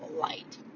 light